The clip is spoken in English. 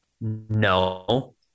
No